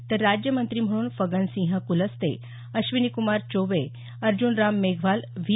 तर राज्यमंत्री म्हणून फग्गनसिंह कुलस्ते अश्विनीकुमार चौबे अर्जुन राम मेघवाल व्ही